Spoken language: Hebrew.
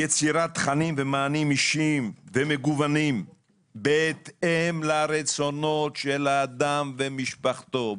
יצירת תכנים ומענים אישיים ומגוונים בהתאם לרצונות האדם ומשפחתו.